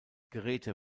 geräte